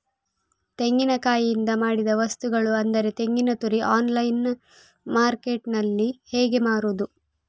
ತೆಂಗಿನಕಾಯಿಯಿಂದ ಮಾಡಿದ ವಸ್ತುಗಳು ಅಂದರೆ ತೆಂಗಿನತುರಿ ಆನ್ಲೈನ್ ಮಾರ್ಕೆಟ್ಟಿನಲ್ಲಿ ಹೇಗೆ ಮಾರುದು?